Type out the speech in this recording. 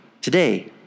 today